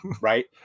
Right